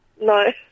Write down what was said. No